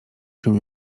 się